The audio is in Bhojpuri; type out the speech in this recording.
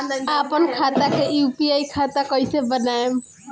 आपन खाता के यू.पी.आई खाता कईसे बनाएम?